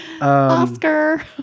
Oscar